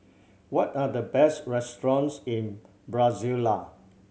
what are the best restaurants in Brasilia